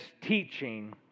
teaching